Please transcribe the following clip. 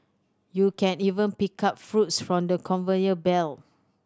you can even pick up fruits from the conveyor belt